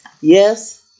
Yes